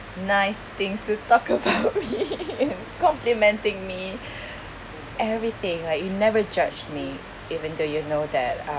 nice things to talk about me and complementing me everything like you never judged me even though you know that